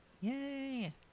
Yay